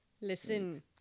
Listen